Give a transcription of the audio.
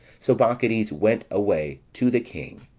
so bacchides went away to the king.